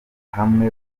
hamwe